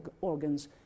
organs